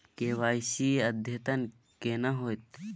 KYC अद्यतन केना होतै?